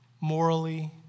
morally